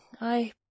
I